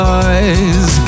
eyes